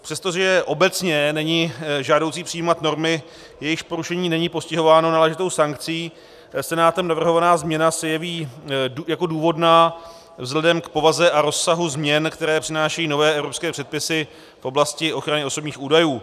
Přestože obecně není žádoucí přijímat normy, jejichž porušení není postihováno náležitou sankcí, Senátem navrhovaná změna se jeví jako důvodná vzhledem k povaze a rozsahu změn, které přinášejí nové evropské předpisy v oblasti ochrany osobních údajů.